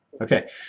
Okay